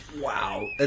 Wow